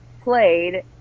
played